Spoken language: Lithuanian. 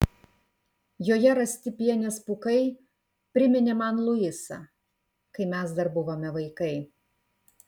joje rasti pienės pūkai priminė man luisą kai mes dar buvome vaikai